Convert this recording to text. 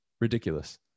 ridiculous